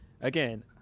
again